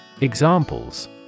Examples